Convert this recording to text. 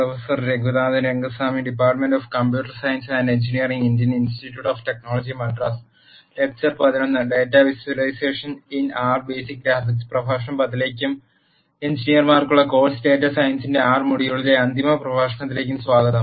പ്രഭാഷണ 10 ലേക്കും എഞ്ചിനീയർമാർക്കുള്ള കോഴ് സ് ഡാറ്റാ സയൻസിന്റെ ആർ മൊഡ്യൂളിലെ അന്തിമ പ്രഭാഷണത്തിലേക്കും സ്വാഗതം